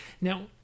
Now